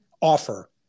offer